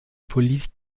police